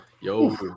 Yo